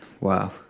Wow